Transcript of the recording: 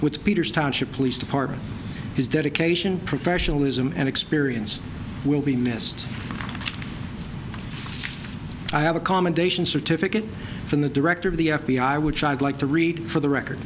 with peters township police department his dedication professionalism and experience will be missed i have a commendation certificate from the director of the f b i which i'd like to read for the record